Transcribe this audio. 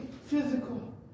physical